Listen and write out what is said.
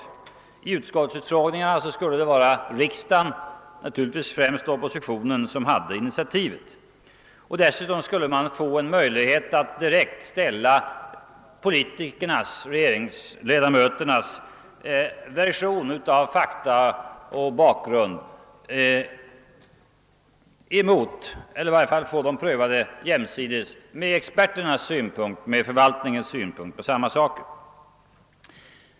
Vid utskottsutfrågningarna skulle det vara riksdagen, främst oppositionen, som hade initiativet. Dessutom skulle man få en möjlighet att direkt ställa politikernas version av fakta och bakgrund mot experternas och förvaltningens synpunkter; man skulle ha möjlighet att få dem prövade jämsides med varandra.